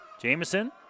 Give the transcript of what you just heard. Jameson